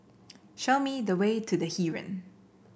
show me the way to The Heeren